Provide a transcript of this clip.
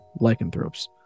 lycanthropes